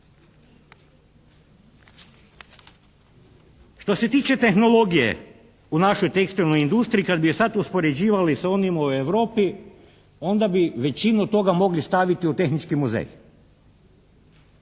Što se tiče tehnologije u našoj tekstilnoj industriji kad bi je sad uspoređivali sa onim u Europi onda bi većinu toga mogli staviti u tehnički muzej.